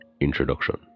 Introduction